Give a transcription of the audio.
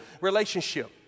relationship